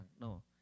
No